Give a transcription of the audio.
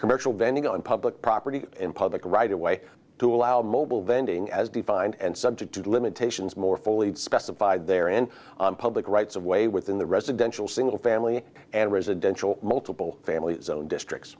commercial vending on public property in public right away to allow mobile vending as defined and subject to the limitations more fully specified there in public rights of way within the residential single family and residential multiple family zone districts